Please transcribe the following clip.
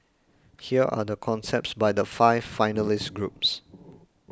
here are the concepts by the five finalist groups